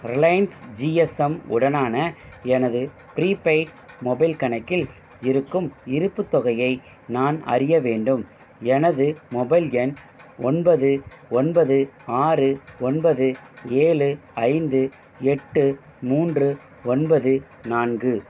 Reliance GSM உடனான எனது prepaid mobile கணக்கில் இருக்கும் இருப்புத் தொகையை நான் அறிய வேண்டும் எனது மொபைல் எண் ஒன்பது ஒன்பது ஆறு ஒன்பது ஏழு ஐந்து எட்டு மூன்று ஒன்பது நான்கு